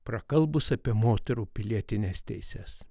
prakalbus apie moterų pilietines teises